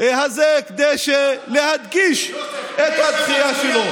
הזה כדי להדגיש את הדחייה שלו.